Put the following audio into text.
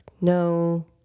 no